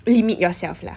limit yourself lah